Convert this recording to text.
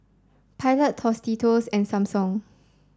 Pilot Tostitos and Samsung